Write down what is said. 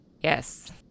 Yes